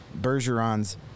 Bergeron's